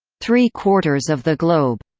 three quarters of the globe,